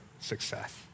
success